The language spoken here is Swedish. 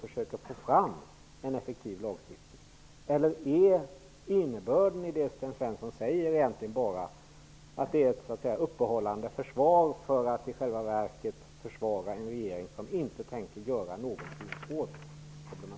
Försöker man få fram en effektiv lagstiftning, eller är innebörden i det som Sten Svensson säger egentligen bara att det hela är ett uppehållande försvar för att i själva verket försvara en regering som inte tänker göra något åt problematiken?